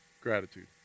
gratitude